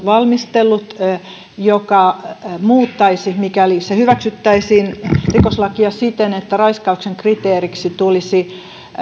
valmistellut ja joka muuttaisi mikäli se hyväksyttäisiin rikoslakia siten että raiskauksen kriteeriksi tulisi